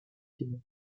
crimes